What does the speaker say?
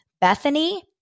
Bethany